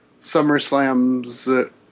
SummerSlam's